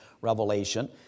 revelation